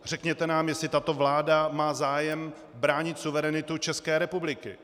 Řekněte nám, jestli tato vláda má zájem bránit suverenitu České republiky.